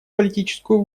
политическую